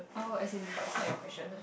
oh as in but it's not your question ah